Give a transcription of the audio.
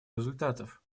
результатов